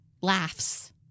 laughs